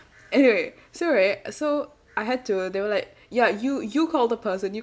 anyway so right so I had to they were like ya you you call the person you